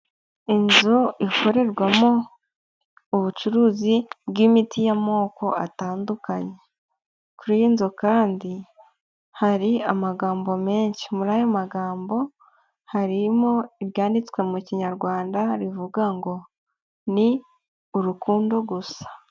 Inzu ikorerwamo ubucuruzi bw'imiti y'amoko atandukanye, kuri iyi nzu kandi hari amagambo menshi, muri aya magambo harimo ibyanditswe mu Kinyarwanda rivuga ngo:"Ni urukundo gusa."